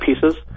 pieces